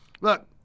Look